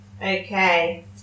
Okay